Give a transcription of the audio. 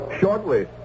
Shortly